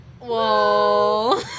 Whoa